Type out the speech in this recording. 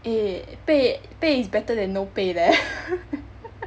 eh 倍倍 is better than no 倍 leh